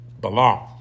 Belong